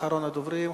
אחרון הדוברים,